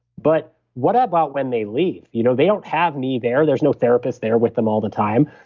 but what about when they leave? you know they don't have me there, there's no therapist there with them all the time.